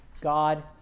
God